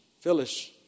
Phyllis